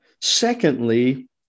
Secondly